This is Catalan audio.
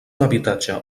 habitatge